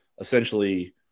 essentially